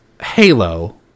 Halo